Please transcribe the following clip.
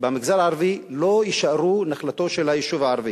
במגזר הערבי לא יישארו נחלתו של היישוב הערבי.